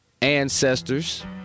ancestors